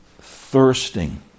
thirsting